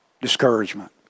discouragement